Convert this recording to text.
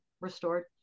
restored